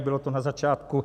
Bylo to na začátku.